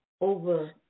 over